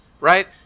Right